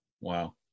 Wow